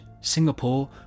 Singapore